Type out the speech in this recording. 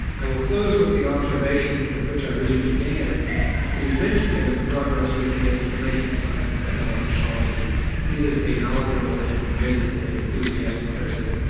i will close with the observation with which i really began the linchpin of the progress we've been able to make in science and technology policy is a knowledgeable and committed and enthusiastic president,